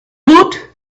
woot